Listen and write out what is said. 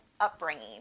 upbringing